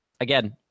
again